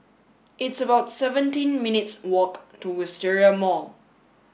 it's about seventeen minutes' walk to Wisteria Mall